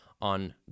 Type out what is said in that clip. on